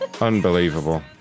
Unbelievable